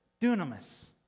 Dunamis